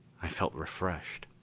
i felt refreshed.